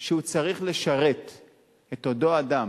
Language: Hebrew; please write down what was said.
שהוא צריך לשרת את אותו אדם,